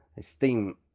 steam